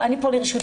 אני פה לרשותך.